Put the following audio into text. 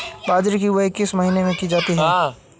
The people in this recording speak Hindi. बाजरे की बुवाई किस महीने में की जाती है?